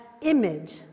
image